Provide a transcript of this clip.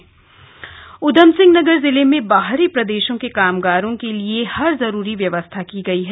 corona US Nagar Udham Singh Nagar जिले में बाहरी प्रदेशों के कामगारों के लिए हर जरूरी व्यवस्था की गई है